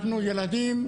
אנחנו ילדים,